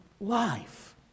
life